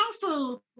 powerful